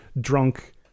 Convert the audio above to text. drunk